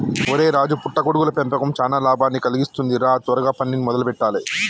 ఒరై రాజు పుట్ట గొడుగుల పెంపకం చానా లాభాన్ని కలిగిస్తుంది రా త్వరగా పనిని మొదలు పెట్టాలే